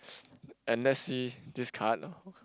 and let's see this card